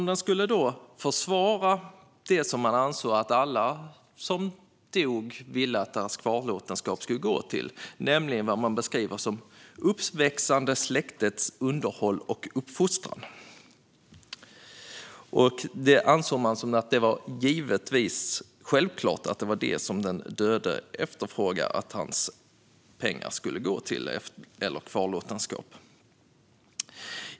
Den skulle försvara det som man ansåg att alla som dog ville att deras kvarlåtenskap skulle gå till, nämligen vad man beskriver som det "uppväxande släktets underhåll och uppfostran". Man ansåg att det var självklart att det var det som den döde ville att hans kvarlåtenskap skulle gå till.